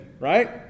right